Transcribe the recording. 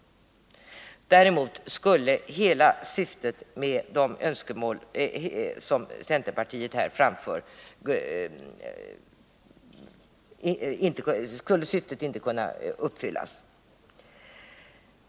Däremot skulle de önskemål som centerpartiet här har framfört inte kunna uppfyllas.